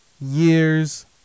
years